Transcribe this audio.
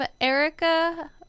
Erica